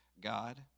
God